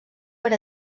per